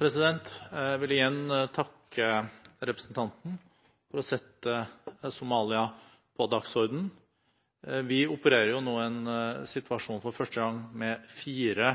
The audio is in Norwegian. Jeg vil igjen takke representanten for å sette Somalia på dagsorden. Vi opererer nå for første gang en situasjon med fire